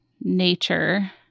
nature